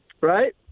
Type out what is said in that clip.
right